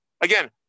again